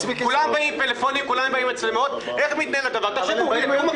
כולם באים עם מצלמות וטלפונים ניידים,